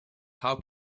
how